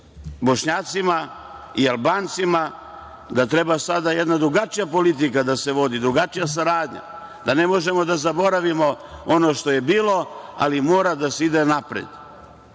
Bošnjacima i Albancima da treba sada jedna drugačija politika da se vodi, drugačija saradnja, da ne možemo da zaboravimo ono što je bilo, ali mora da se ide napred.